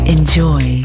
Enjoy